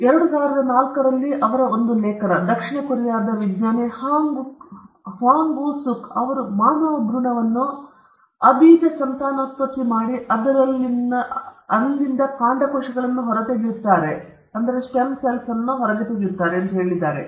ವಿಜ್ಞಾನದಲ್ಲಿ ಒಂದು ಲೇಖನದಲ್ಲಿ 2004 ರಲ್ಲಿ ದಕ್ಷಿಣ ಕೊರಿಯಾದ ವಿಜ್ಞಾನಿ ಹ್ವಾಂಗ್ ವೂ ಸುಕ್ ಅವರು ಮಾನವ ಭ್ರೂಣವನ್ನು ಅಬೀಜ ಸಂತಾನೋತ್ಪತ್ತಿ ಮಾಡಿ ಅದರಲ್ಲಿಂದ ಕಾಂಡಕೋಶಗಳನ್ನು ಹೊರತೆಗೆಯುತ್ತಾರೆ ಎಂದು ಹೇಳಿದ್ದಾರೆ